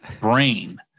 brain